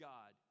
God